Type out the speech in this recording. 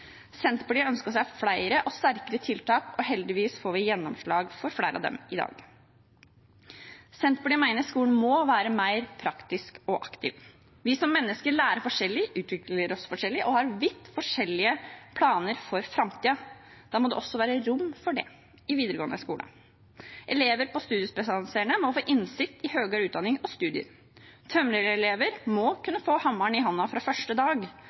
Senterpartiet ønsket seg flere og sterkere tiltak, og får heldigvis gjennomslag for flere av dem i dag. Senterpartiet mener skolen må være mer praktisk og aktiv. Vi som mennesker lærer forskjellig, utvikler oss forskjellig og har vidt forskjellige planer for framtiden. Da må det også være rom for det i videregående skole. Elever på studiespesialiserende må få innsikt i høyere utdanning og studier. Tømrerelever må kunne få hammeren i hånden fra første dag